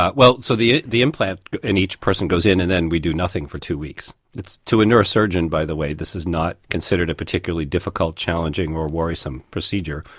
ah well so the the implant in each person goes in and then we do nothing for two weeks. to a neurosurgeon, by the way, this is not considered a particularly difficult, challenging, or worrisome procedure,